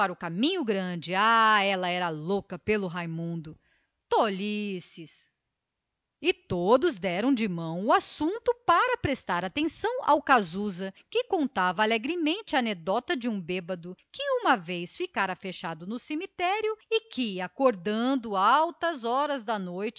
caminho grande ah ela era perdida pelo raimundo tolice e deram de mão o assunto para ouvir casusa que contava alegremente o caso de um bêbedo que uma vez fora parar no cemitério e lá ficara fechado e que depois acordando pelas altas horas da noite